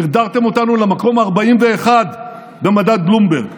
דרדרתם אותנו למקום ה-41 במדד בלומברג.